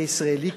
כישראלי,